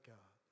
God